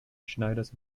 schneiders